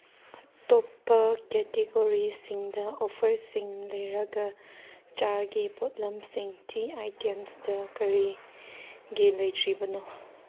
ꯑꯇꯣꯞꯄ ꯀꯦꯇꯦꯒꯣꯔꯤꯁꯤꯡꯗ ꯑꯣꯐꯔꯁꯤꯡ ꯂꯩꯔꯒ ꯆꯥꯒꯤ ꯄꯣꯠꯂꯝꯁꯤꯡ ꯇꯤ ꯑꯥꯏꯇꯦꯝꯁꯇ ꯀꯔꯤꯒꯤ ꯂꯩꯇ꯭ꯔꯤꯕꯅꯣ